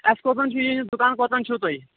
اَسہِ کوٚتَن چھُ یہِ یُن دُکان کوٚتَن چھُو تۅہہِ